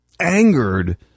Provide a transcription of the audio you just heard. angered